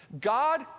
God